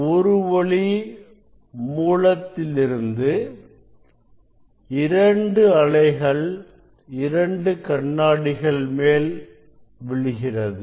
ஒரு ஒளி மூலத்திலிருந்து இரண்டு அலைகள் இரண்டு கண்ணாடிகள் மேல் விழுகிறது